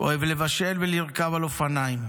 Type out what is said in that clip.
אוהב לבשל ולרכוב על אופניים,